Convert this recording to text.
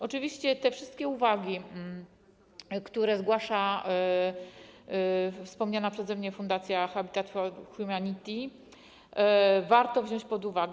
Oczywiście te wszystkie uwagi, które zgłasza wspomniana przeze mnie fundacja Habitat for Humanity, warto wziąć pod rozwagę.